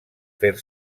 fer